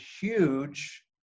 huge